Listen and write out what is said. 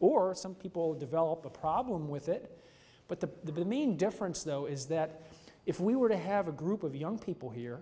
or some people develop a problem with it but the main difference though is that if we were to have a group of young people hear